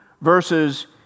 verses